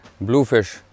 Bluefish